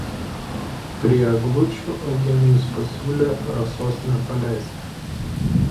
prie eglučių eugenijus pasiūlė rasos nepaleisti